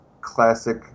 classic